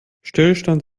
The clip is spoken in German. stillstand